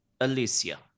Alicia